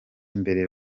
imbere